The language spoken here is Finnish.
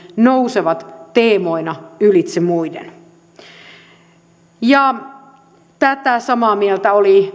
nousevat teemoina ylitse muiden tätä samaa mieltä oli